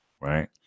Right